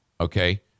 Okay